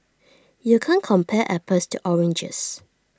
you can't compare apples to oranges